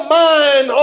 mind